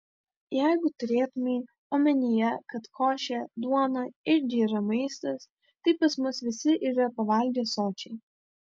jeigu turėtumei omenyje kad košė duona irgi yra maistas tai pas mus visi yra pavalgę sočiai